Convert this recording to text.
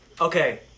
Okay